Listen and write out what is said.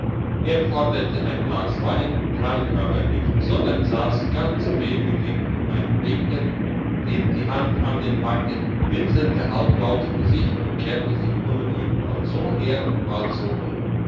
er forderte ein glas wein trank aber nicht sondern sass ganz wehmütig in einem winkel hielt die hand an den backen winselte halblaut für sich und kehrte sich unruhig bald so her bald so hin